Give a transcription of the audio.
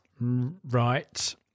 Right